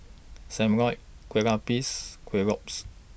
SAM Lau Kueh Lapis Kueh Lopes